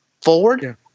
forward